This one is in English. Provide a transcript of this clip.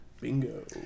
Bingo